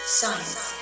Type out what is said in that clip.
science